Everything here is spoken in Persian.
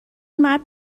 مرد